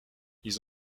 ils